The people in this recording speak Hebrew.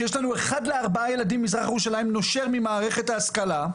שיש לנו אחד לארבעה ילדים במזרח ירושלים נושר ממערכת ההשכלה,